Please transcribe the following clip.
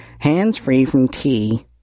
hands-free-from-tea